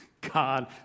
God